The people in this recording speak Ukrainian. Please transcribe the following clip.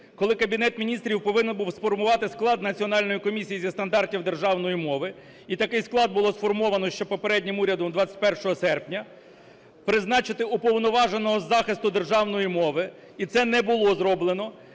коли Кабінет Міністрів повинен був сформувати склад Національної комісії зі стандартів державної мови. І такий склад було сформовано ще попереднім урядом 21 серпня, призначити Уповноваженого із захисту державної мови, і це не було зроблено,